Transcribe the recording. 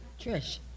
Trish